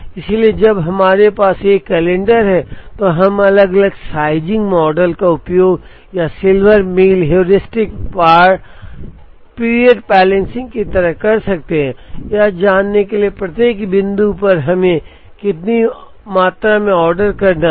इसलिए एक बार जब हमारे पास ये दो कैलेंडर हैं तो हम अलग अलग साइज़िंग मॉडल का उपयोग यहां सिल्वर मील हेयुरिस्टिक या पार्ट पीरियड बैलेंसिंग की तरह कर सकते हैं यह जानने के लिए कि प्रत्येक बिंदु पर हमें यहां कितनी मात्रा में ऑर्डर करना है